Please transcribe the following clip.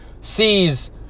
sees